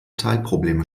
teilprobleme